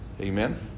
Amen